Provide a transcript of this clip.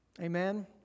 Amen